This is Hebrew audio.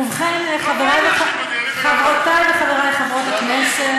ובכן, חברותי וחברי חברות הכנסת,